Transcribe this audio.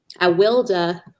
Awilda